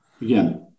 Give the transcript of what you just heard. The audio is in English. Again